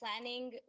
planning